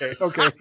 okay